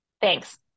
Thanks